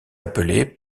appelée